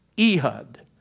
Ehud